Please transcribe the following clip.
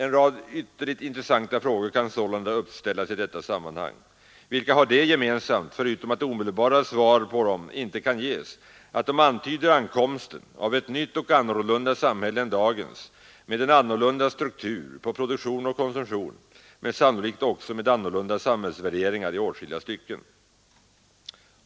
En rad ytterligt intressanta frågor kan sålunda uppställas i detta sammanhang, vilka har det gemensamt, förutom att omedelbara svar på dem inte kan ges, att de antyder ankomsten av ett nytt och annorlunda samhälle än dagens med en annan struktur på produktion och konsumtion, men sannolikt också med annorlunda samhällsvärderingar i åtskilliga stycken.